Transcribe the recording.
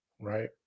Right